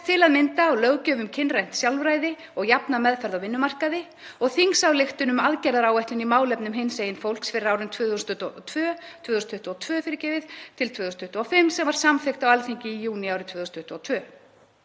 til að mynda á löggjöf um kynrænt sjálfræði og jafna meðferð á vinnumarkaði og þingsályktun um aðgerðaáætlun í málefnum hinsegin fólks fyrir árin 2022–2025 sem var samþykkt á Alþingi í júní árið 2022.